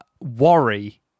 Worry